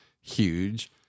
huge